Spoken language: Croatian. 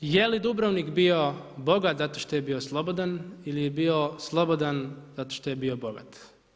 Je li Dubrovnik bio bogat zato što je bio slobodan ili je bio slobodan zato što je bio bogat?